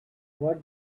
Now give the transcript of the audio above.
what